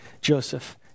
Joseph